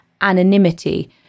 anonymity